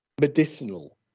medicinal